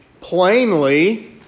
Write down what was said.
plainly